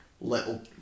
little